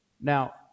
now